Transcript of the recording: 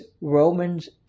Romans